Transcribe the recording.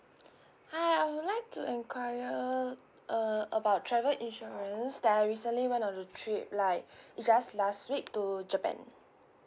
hi I would like to inquire err about travel insurance that I recently went on a trip like it's just last week to japan